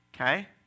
okay